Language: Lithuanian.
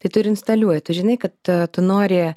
tai tu ir instaliuoji tu žinai kad tu nori